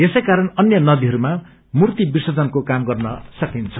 यसैकारण अन्य नदीहरूमा मूर्ति विर्सजनको काम गर्न सकिन्छ